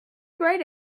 grayed